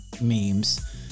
memes